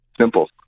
Simple